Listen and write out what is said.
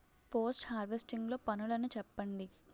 Post harvesting లో పనులను చెప్పండి?